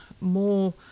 more